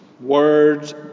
words